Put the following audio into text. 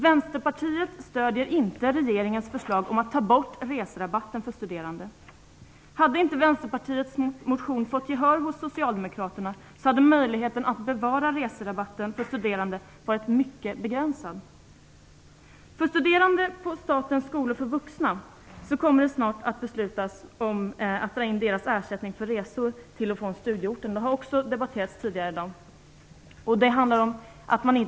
Vänsterpartiet stödjer inte regeringens förslag att ta bort reserabatten för studerande. Hade inte Vänsterpartiets motion fått gehör av Socialdemokraterna hade möjligheten att bevara reserabatten för studerande varit mycket begränsad. Det kommer snart att beslutas att dra in ersättningen för resor till och från studieorten för studerande på Statens skolor för vuxna. Det har också debatterats här tidigare i dag.